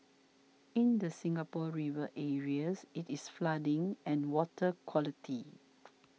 in the Singapore River areas it is flooding and water quality